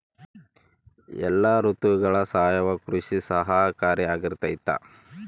ಎಲ್ಲ ಋತುಗಳಗ ಸಾವಯವ ಕೃಷಿ ಸಹಕಾರಿಯಾಗಿರ್ತೈತಾ?